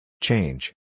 Change